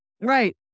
right